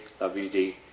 WD